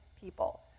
people